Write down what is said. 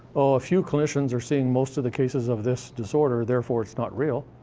a few clinicians are seeing most of the cases of this disorder, therefore it's not real.